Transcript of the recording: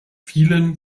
vielen